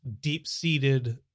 deep-seated